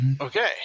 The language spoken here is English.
Okay